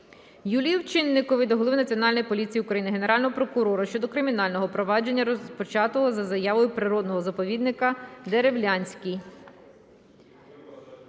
Юлії Овчинникової до Голови Національної поліції України, Генерального прокурора щодо кримінального провадження розпочатого за заявою природного заповідника "Деревлянський".